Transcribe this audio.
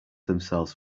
themselves